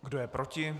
Kdo je proti?